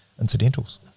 incidentals